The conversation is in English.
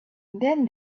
then